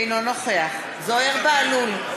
אינו נוכח זוהיר בהלול,